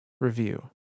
review